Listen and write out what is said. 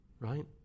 right